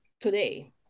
today